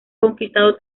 conquistado